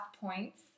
points